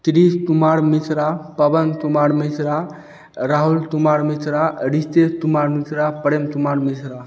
Girish Kumar Mishra Pawan Kumar Mishra Rahul Kumar Mishra Abhishek Kumar Mishra Prem Kumar Mishra